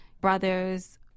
brothers